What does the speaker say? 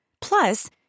Plus